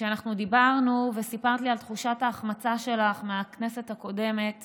כשאנחנו דיברנו וסיפרת לי על תחושת ההחמצה שלך מהכנסת הקודמת